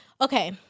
okay